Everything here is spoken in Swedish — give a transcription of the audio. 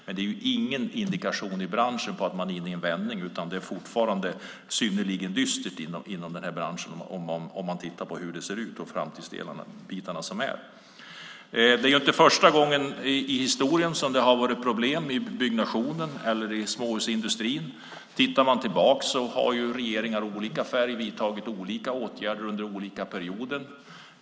Men det är ingen indikation i branschen på att en vändning är på gång, utan det är fortfarande synnerligen dystert inom denna bransch om man tittar på hur det ser ut. Det är inte första gången i historien som det har varit problem i byggbranschen eller i småhusindustrin. Tittar man tillbaka har regeringar av olika färg vidtagit olika åtgärder under olika perioder.